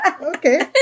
Okay